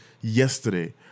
yesterday